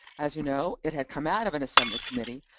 as you know, it had come out of an assembly committee,